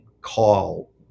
call